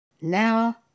Now